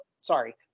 sorry